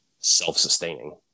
Self-sustaining